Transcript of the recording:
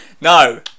No